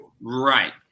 Right